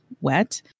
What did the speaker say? wet